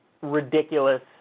ridiculous